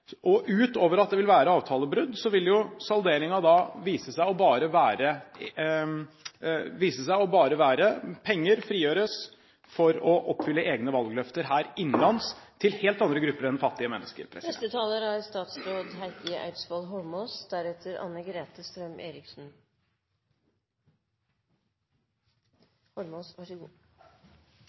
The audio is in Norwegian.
Utover at det vil være avtalebrudd, vil salderingen vise seg bare å være penger som frigjøres for å oppfylle egne valgløfter her innenlands til helt andre grupper enn fattige mennesker. Jeg vil bare kort ta opp enkelte momenter. Jeg vil si at påstanden om at business er